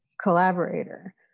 collaborator